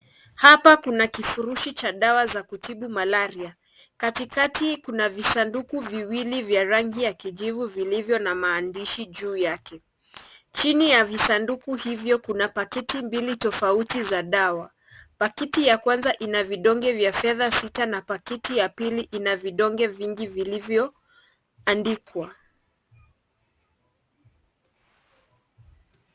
Hapa kuna kifurushi cha dawa za kutibu Malaria. Katikati kuna visanduku viwili vya rangi ya kijivu vilivyo na maandishi juu yake. Chini ya visanduku hivyo kuna paketi mbili tofauti za dawa. Pakiti ya kwanza ina vidonge vya fedha sita na pakiti ya pili ina vidonge vingi vilivyoandikwa.